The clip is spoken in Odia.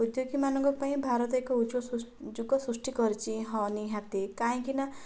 ଉଦ୍ୟୋଗୀମାନଙ୍କ ପାଇଁ ଭାରତ ଏକ ଉଚ୍ଚ ଯୁଗ ସୃଷ୍ଟି କରିଛି ହଁ ନିହାତି କାହିଁକିନା